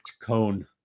cone